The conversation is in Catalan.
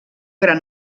gran